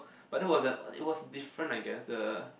but that was at it was different I guess the